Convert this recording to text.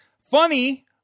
Funny